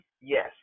yes